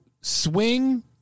swing